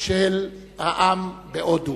של העם בהודו.